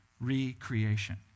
recreation